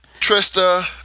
Trista